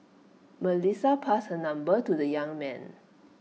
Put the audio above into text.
Melissa passed her number to the young man